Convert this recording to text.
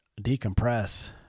decompress